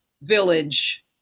village